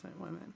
women